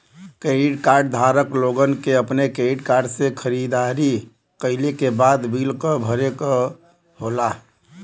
credit card धारक लोगन के अपने क्रेडिट कार्ड से खरीदारी कइले के बाद बिल क भरे क होला